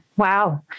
Wow